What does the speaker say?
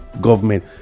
government